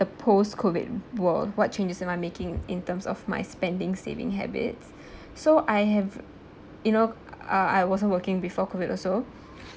the post-COVID wo~ world what changes am I making in terms of my spending saving habits so I have you know I I wasn't working before COVID also